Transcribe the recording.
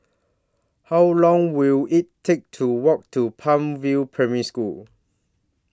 How Long Will IT Take to Walk to Palm View Primary School